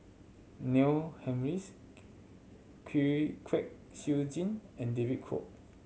Neil Humphreys Kwek Siew Jin and David Kwo